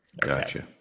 Gotcha